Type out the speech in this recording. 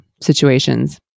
situations